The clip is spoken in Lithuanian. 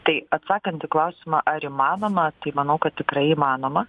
tai atsakant į klausimą ar įmanoma tai manau kad tikrai įmanoma